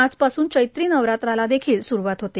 आज पासून चैत्र नवरात्राला देखिल सुरूवात होते